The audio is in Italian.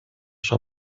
sua